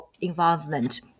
involvement